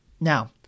Now